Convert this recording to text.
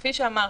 כפי שאמרתי,